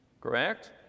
Correct